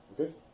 Okay